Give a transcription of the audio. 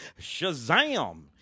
Shazam